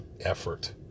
effort